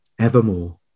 evermore